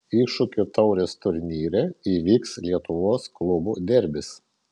iššūkio taurės turnyre įvyks lietuvos klubų derbis